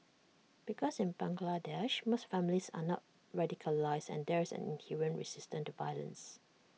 because in Bangladesh most families are not radicalised and there is an inherent resistance to violence